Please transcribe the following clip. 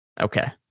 Okay